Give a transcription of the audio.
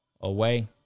Away